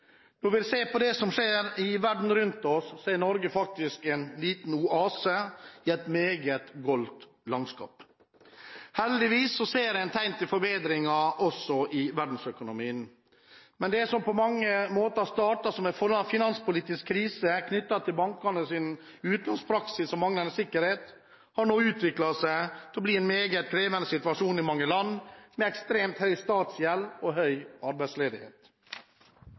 Når vi ser på det som skjer i verden rundt oss, er Norge faktisk en liten oase i et meget goldt landskap. Heldigvis ser en tegn til forbedringer også i verdensøkonomien. Men det som på mange måter startet som en finanspolitisk krise knyttet til bankenes utlånspraksis og manglende sikkerhet, har nå utviklet seg til å bli en meget krevende situasjon i mange land, med ekstremt høy statsgjeld og høy arbeidsledighet.